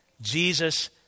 Jesus